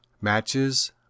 matches